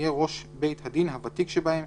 יהיה ראש בית הדין הוותיק שבהם,